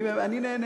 אני נהנה.